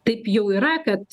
taip jau yra kad